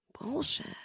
bullshit